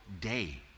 day